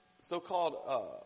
so-called